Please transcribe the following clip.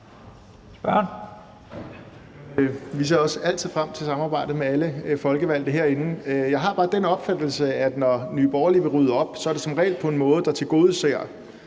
Vi ser også altid frem til samarbejdet med alle folkevalgte herinde. Jeg har bare den opfattelse, at når Nye Borgerlige vil rydde op, så er det som regel på en måde, der tilgodeser